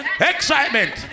Excitement